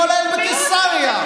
כולל בקיסריה.